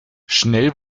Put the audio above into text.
schnell